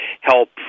help